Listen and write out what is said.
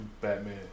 Batman